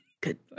good